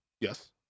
Yes